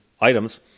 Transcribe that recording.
items